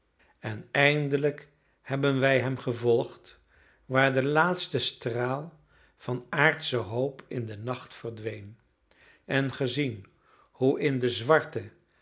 en eindelijk hebben wij hem gevolgd waar de laatste straal van aardsche hoop in den nacht verdween en gezien hoe in de zwarte